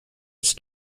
its